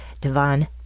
Devon